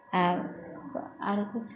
अँ आओर किछु कही ने